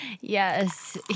Yes